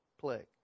plague